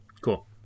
cool